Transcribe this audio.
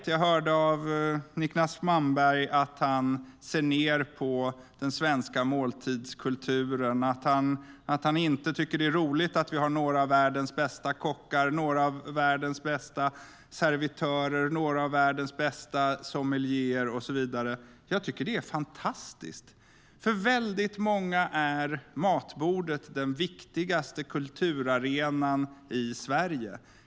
Jag hörde av Niclas Malmberg att han ser ned på den svenska måltidskulturen, att han inte tycker att det är roligt att vi har några av världens bästa kockar, några av världens bästa servitörer, några av världens bästa sommelierer och så vidare. Jag tycker att det är fantastiskt! För väldigt många är matbordet den viktigaste kulturarenan i Sverige.